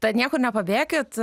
tad niekur nepabėkit